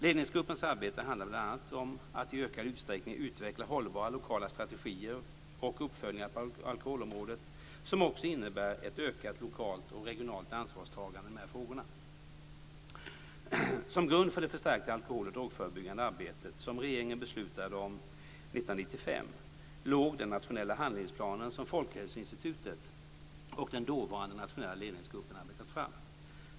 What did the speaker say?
Ledningsgruppens arbete handlar bl.a. om att i ökad utsträckning utveckla hållbara lokala strategier och uppföljningar på alkoholområdet som också innebär ett ökat lokalt och regionalt ansvarstagande i de här frågorna. Som grund för det förstärkta alkohol och drogförebyggande arbetet som regeringen beslutade om 1995 låg den nationella handlingsplanen som Folkhälsoinstitutet och den dåvarande nationella ledningsgruppen arbetat fram.